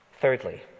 Thirdly